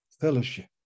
Fellowship